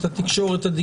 זה פשיטה שיהיה.